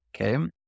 okay